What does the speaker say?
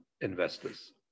investors